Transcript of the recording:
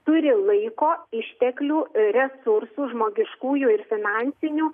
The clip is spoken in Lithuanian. turi laiko išteklių resursų žmogiškųjų ir finansinių